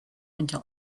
until